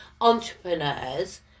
entrepreneurs